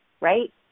right